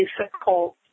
difficult